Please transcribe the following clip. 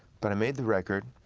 but i made the record,